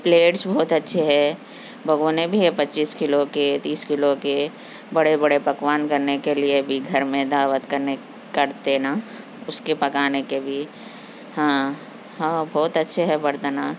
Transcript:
plates بہت اچھے ہے بگونے بھی ہے پچیس کلو کے تیس کلو کے بڑے بڑے پکوان کرنے کے لیے بھی گھر میں دعوت کرنے کرتے نا اس کے پکانے کے بھی ہاں ہاں بہت اچھے ہے برتناں